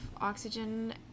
oxygen